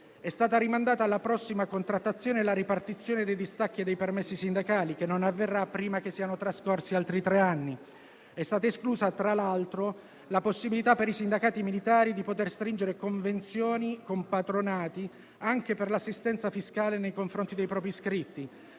È stata rimandata alla prossima contrattazione la ripartizione dei distacchi e dei permessi sindacali, che non avverrà prima che siano trascorsi altri tre anni. È stata esclusa, tra l'altro, la possibilità per i sindacati militari di stringere convenzioni con patronati anche per l'assistenza fiscale nei confronti dei propri iscritti.